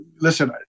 listen